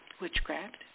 Witchcraft